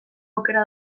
aukera